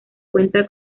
cuenta